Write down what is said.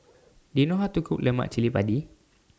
Do YOU know How to Cook Lemak Cili Padi